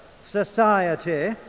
society